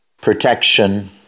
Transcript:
protection